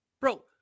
bro